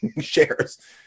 shares